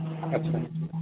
आच्चा आच्चा